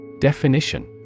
Definition